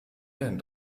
denn